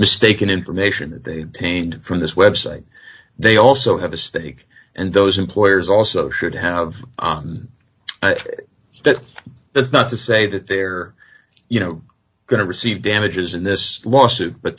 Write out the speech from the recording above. mistaken information they taint from this website they also have a stake and those employers also should have that that's not to say that they're you know going to receive damages in this lawsuit but